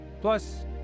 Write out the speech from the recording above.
Plus